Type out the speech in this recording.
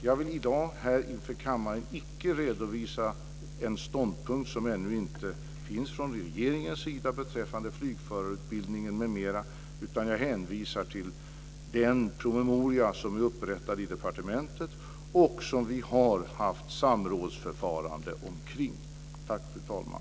Jag vill i dag här inför kammaren icke redovisa en ståndpunkt som ännu inte finns från regeringens sida beträffande flygförarutbildningen m.m., utan jag hänvisar till den promemoria som är upprättad i departementet och som vi har haft samrådsförfarande omkring. Tack, fru talman!